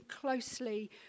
closely